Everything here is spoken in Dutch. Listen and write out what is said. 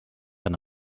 een